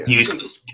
useless